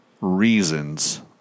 reasons